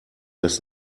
das